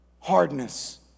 Hardness